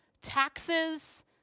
taxes